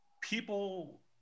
people